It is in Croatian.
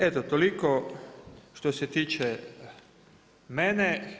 Eto toliko što se tiče mene.